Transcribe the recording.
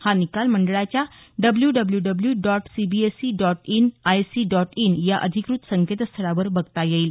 हा निकाल मंडळाच्या W W W W dot C B S E dot N I C dot in या अधिकृत संकेतस्थळावर पाहता येईल